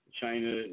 China